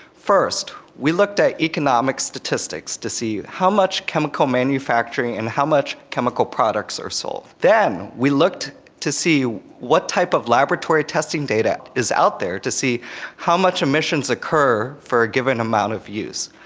first, we looked at economic statistics to see how much chemical manufacturing and how much chemical products are sold. then we looked to see what type of laboratory testing data is out there, to see how much emissions occur for a given amount of use.